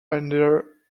under